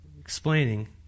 explaining